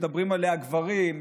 מדברים עליה גברים,